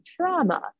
trauma